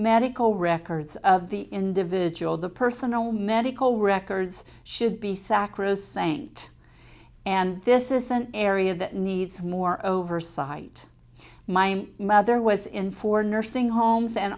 medical records of the individual the personal medical records should be sacrosanct and this is an area that needs more oversight my mother was in for nursing homes and